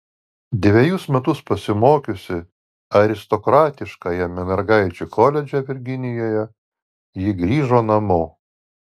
dvejus metus pasimokiusi aristokratiškajame mergaičių koledže virginijoje ji grįžo namo